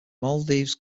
maldives